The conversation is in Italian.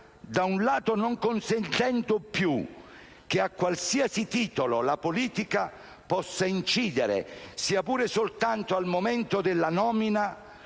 da un lato - non consentendo più che a qualsiasi titolo la politica possa incidere, sia pur soltanto al momento della nomina,